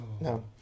No